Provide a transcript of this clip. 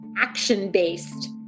action-based